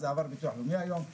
זה עבר לביטוח לאומי היום,